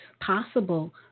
possible